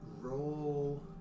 roll